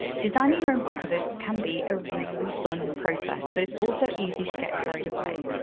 designing your own book covers can be a really fun process, but it's also easy to get carried away.